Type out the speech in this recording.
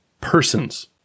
persons